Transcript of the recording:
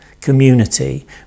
community